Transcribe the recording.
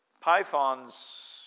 pythons